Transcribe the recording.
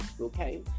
okay